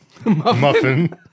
Muffin